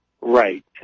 Right